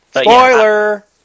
Spoiler